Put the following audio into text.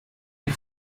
die